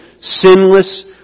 sinless